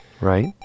Right